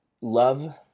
love